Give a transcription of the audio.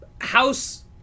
House